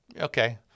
Okay